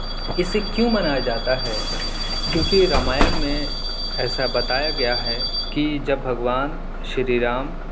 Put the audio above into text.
اسے کیوں منایا جاتا ہے کیونکہ راماین میں ایسا بتایا گیا ہے کہ جب بھگوان شری رام